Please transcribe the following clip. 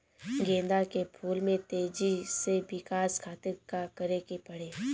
गेंदा के फूल में तेजी से विकास खातिर का करे के पड़ी?